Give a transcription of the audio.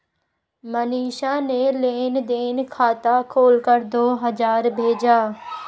मनीषा ने लेन देन खाता खोलकर दो हजार भेजा